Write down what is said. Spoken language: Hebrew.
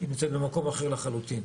והיא נמצאת במקום אחר לחלוטין.